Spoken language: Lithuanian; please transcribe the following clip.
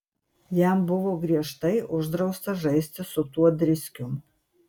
jam buvo griežtai uždrausta žaisti su tuo driskium